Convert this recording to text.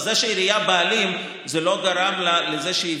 זה שהעירייה הבעלים לא גורם לזה שהיא